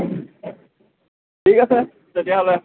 ঠিক আছে তেতিয়াহ'লে